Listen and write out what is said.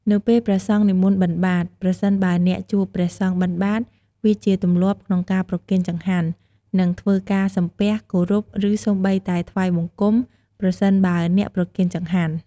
នៅពេលព្រះសង្ឃនិមន្តបិណ្ឌបាត្រ ប្រសិនបើអ្នកជួបព្រះសង្ឃបិណ្ឌបាត្រ វាជាទម្លាប់ក្នុងការប្រគេនចង្ហាន់ និងធ្វើការ សំពះ គោរព ឬសូម្បីតែ ថ្វាយបង្គំ ប្រសិនបើអ្នកប្រគេនចង្ហាន់។